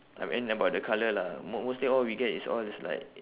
I mean about the colour lah mo~ mostly all we get is all is like